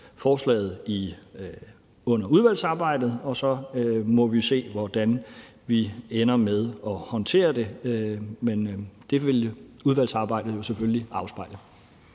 forslaget under udvalgsarbejdet, og så må vi se, hvordan vi ender med at håndtere det. Men det vil udvalgsarbejdet jo selvfølgelig afspejle.